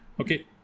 Okay